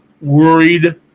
worried